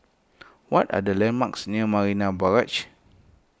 what are the landmarks near Marina Barrage